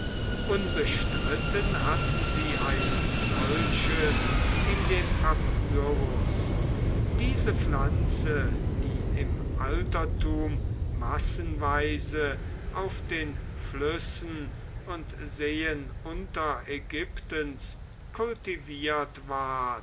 unbestritten hatten sie ein solches in dem papyrus diese pflanze die im altertum massenweise auf den flüssen und seen unterägyptens kultiviert ward